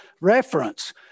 reference